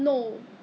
self pick-up